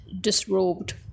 disrobed